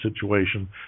situation